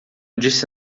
disse